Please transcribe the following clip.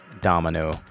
domino